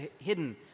hidden